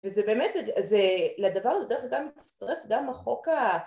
וזה באמת, לדבר הזה בדרך כלל גם מצטרף גם החוק ה...